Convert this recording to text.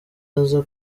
aza